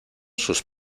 sus